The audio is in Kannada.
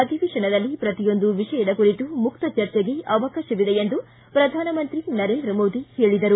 ಅಧಿವೇಶನದಲ್ಲಿ ಪ್ರತಿಯೊಂದು ವಿಷಯದ ಕುರಿತು ಮುಕ್ತ ಚರ್ಚೆಗೆ ಅವಕಾಶವಿದೆ ಎಂದು ಪ್ರಧಾನಮಂತ್ರಿ ನರೇಂದ್ರ ಮೋದಿ ಹೇಳಿದರು